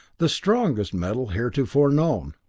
the strongest metal heretofore known.